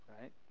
right